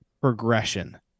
progression